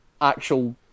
actual